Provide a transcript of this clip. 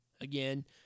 Again